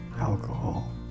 alcohol